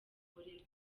akorerwa